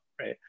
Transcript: right